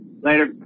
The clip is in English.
later